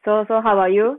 so so how about you